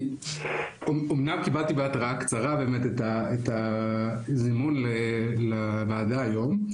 אומנם קיבלתי בהתראה קצרה את הזימון לוועדה היום.